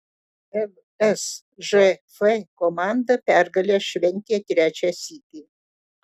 lsžf komanda pergalę šventė trečią sykį